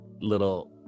little